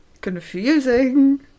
Confusing